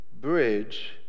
bridge